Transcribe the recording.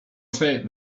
take